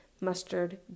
mustard